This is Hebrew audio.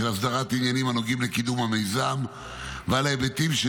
הסדרת עניינים הנוגעים לקידום המיזם ועל ההיבטים של